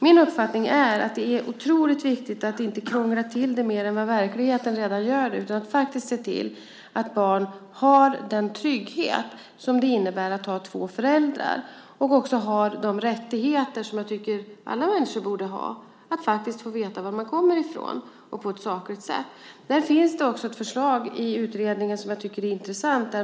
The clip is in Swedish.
Min uppfattning är att det är otroligt viktigt att inte krångla till det mer än verkligheten redan gör utan faktiskt se till att barn har den trygghet som det innebär att ha två föräldrar och att också ha de rättigheter som jag tycker att alla människor borde ha att faktiskt på ett sakligt sätt få veta var man kommer ifrån. Där finns det också ett förslag i utredningen som jag tycker är intressant.